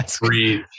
Breathe